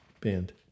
band